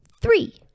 three